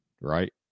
right